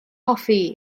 hoffi